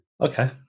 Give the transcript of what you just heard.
Okay